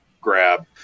grab